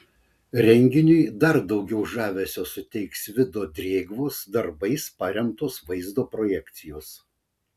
renginiui dar daugiau žavesio suteiks vido drėgvos darbais paremtos vaizdo projekcijos